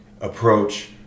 approach